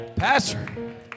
Pastor